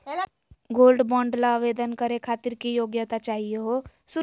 Gold bond ल आवेदन करे खातीर की योग्यता चाहियो हो?